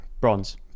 bronze